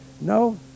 No